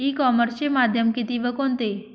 E कॉमर्सचे माध्यम किती व कोणते?